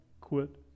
quit